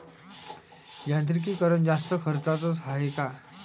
यांत्रिकीकरण जास्त खर्चाचं हाये का?